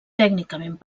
tècnicament